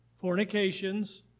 fornications